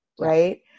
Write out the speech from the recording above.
right